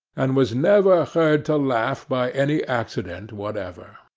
and was never heard to laugh by any accident whatever.